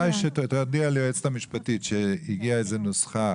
מתי שתודיע לי היועצת המשפטית שהגיעה נוסחה.